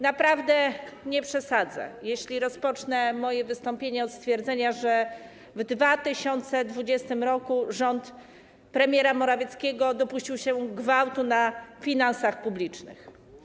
Naprawdę nie przesadzę, jeśli rozpocznę moje wystąpienie od stwierdzenia, że w 2020 r. rząd premiera Morawieckiego dopuścił się gwałtu na finansach publicznych.